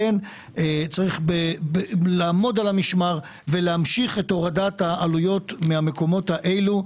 צריך לעמוד על המשמר ולהמשיך את הורדת העלויות מהמקומות האלה.